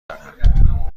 دارم